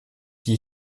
die